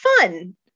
fun